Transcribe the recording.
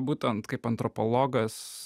būtent kaip antropologas